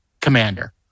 commander